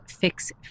Fix